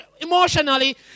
emotionally